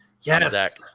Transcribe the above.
Yes